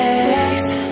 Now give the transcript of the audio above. Next